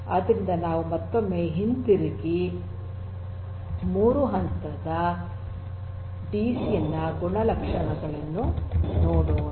ಆದ್ದರಿಂದ ನಾವು ಮತ್ತೊಮ್ಮೆ ಹಿಂತಿರುಗಿ 3 ಹಂತದ ಡಿಸಿಎನ್ ನ ಗುಣಲಕ್ಷಣಗಳನ್ನು ನೋಡೋಣ